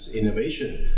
innovation